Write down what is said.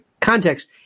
context